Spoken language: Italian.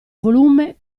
volume